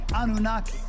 Anunnaki